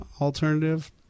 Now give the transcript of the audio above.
alternative